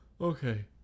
okay